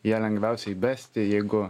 ją lengviausia įbesti jeigu